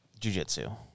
jujitsu